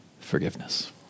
forgiveness